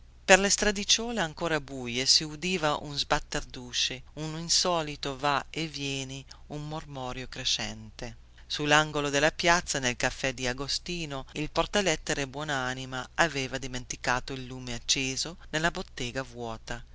per le stradicciuole ancora buie si udiva uno sbatter dusci un insolito va e vieni un mormorio crescente sullangolo della piazza nel caffè di agostino il portalettere buonanima avevano dimenticato il lume acceso nella bottega vuota